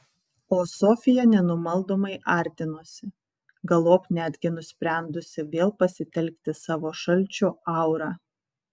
o sofija nenumaldomai artinosi galop netgi nusprendusi vėl pasitelkti savo šalčio aurą